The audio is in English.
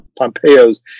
Pompeo's